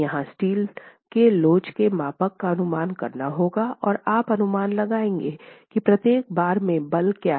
यहाँ स्टील के लोच के मापांक का अनुमान करना होगा और आप अनुमान लगाएंगे कि प्रत्येक बार में बल क्या है